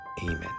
Amen